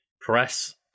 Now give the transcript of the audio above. press